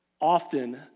often